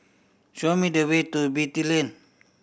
show me the way to Beatty Lane